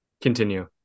Continue